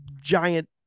giant